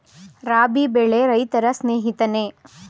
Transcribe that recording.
ರಾಬಿ ಬೆಳೆ ರೈತರ ಸ್ನೇಹಿತನೇ?